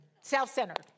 Self-centered